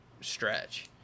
stretch